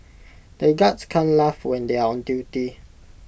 the guards can't laugh when they are on duty